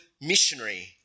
missionary